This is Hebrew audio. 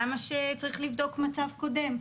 למה צריך לבדוק מצב קודם?